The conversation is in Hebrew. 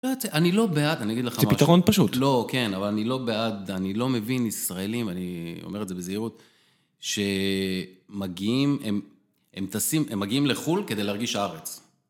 אני לא בעד, אני אגיד לך משהו. זה פתרון פשוט. לא, כן, אבל אני לא בעד, אני לא מבין ישראלים, אני אומר את זה בזהירות, שמגיעים, הם טסים, הם מגיעים לחו"ל כדי להרגיש ארץ.